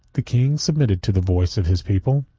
the king submitted to the voice of his people,